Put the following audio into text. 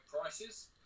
prices